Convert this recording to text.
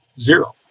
zero